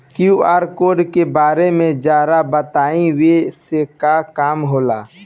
QR code के बारे में जरा बताई वो से का काम होला?